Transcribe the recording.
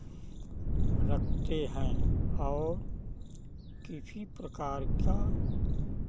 रखते हैं और किसी प्रकार का